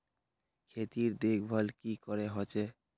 खेतीर देखभल की करे होचे?